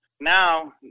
now